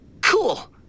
Cool